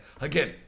Again